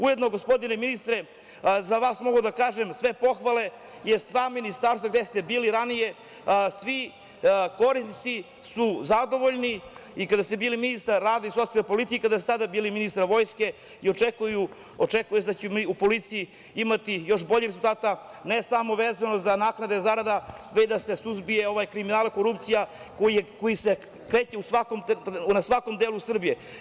Ujedno, gospodine ministre, za vas mogu da kažem sve pohvale, jer sva ministarstva gde ste bili ranije, svi korisnici su zadovoljni i kada ste bili ministar rada i socijalne politike, kada ste sada bili ministar vojske i očekuje se da ćete u policiji imati još bolje rezultate, ne samo vezano za naknade zarada, već da se suzbije ovaj kriminal i korupcija koji se kreće u svakom delu Srbije.